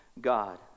God